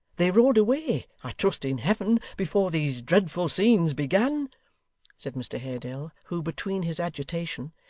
they rode away, i trust in heaven, before these dreadful scenes began said mr haredale, who, between his agitation,